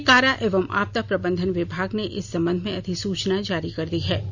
गृह कारा एवं आपदा प्रबंधन विभाग ने इस संबंध में अधिसूचना जारी कर दी है